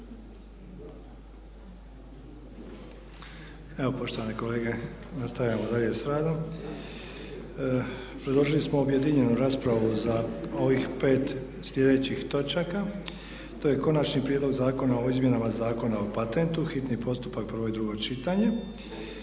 Evo poštovani kolege nastavljamo dalje s radom. Predložili smo objedinjenu raspravu ovih 5 sljedećih točaka. - Konačni prijedlog zakona o izmjenama Zakona o patentnu, hitni postupak, prvo i drugo čitanje,